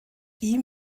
ihm